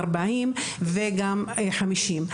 ה-40 וה-50.